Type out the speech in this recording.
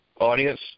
Audience